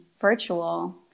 virtual